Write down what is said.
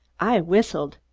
i whistled.